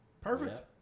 Perfect